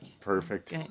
perfect